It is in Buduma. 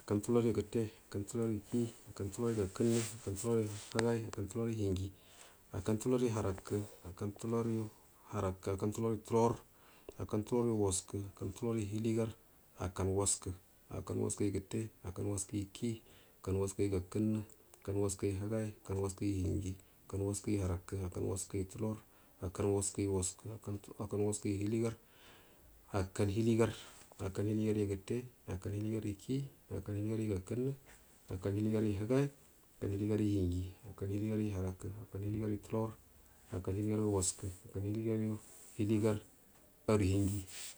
akkau tuloryu gətte akkau tuloryu ka akkantuloryu gakənnə akkan taloryu higai akkan tabryu hinji akkan taloryu harakə akkataloryu tulor akkau tuloryu waskə akkai fidoryu hiligar akkau waskə akkan a askəyu gakənnə akkan waskəy higai akkan waskəyu langi akkau waskəyu harakə akkan waskəyu tular akkan waskəgu waskə akkan waskəyu hiligar akkau hiligar akkan hiligatuyu gətte akkau hilogaryu ki akkau hiligaryu gakənnə akkan hiligar higa akkan hiligaryu hinji akkan hiligaryu harakə akkan hiligaryu tulor akkan hiligayu waskə akkau hiliga ayu hiligararu hiligi.